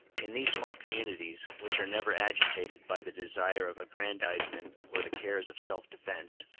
in these small communities, which are never agitated by the desire of aggrandizement or the cares of self-defence,